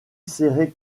serré